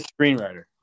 screenwriter